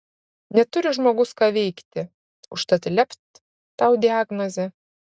neturi žmogus ką veikti užtat lept tau diagnozę